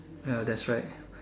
ya that's right